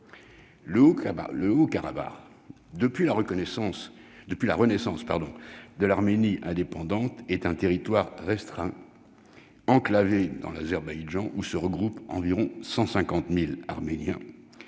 Le Haut-Karabagh, depuis la renaissance de l'Arménie indépendante, est un territoire restreint, enclavé dans l'Azerbaïdjan, où se regroupent environ 150 000 Arméniens.